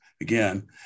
again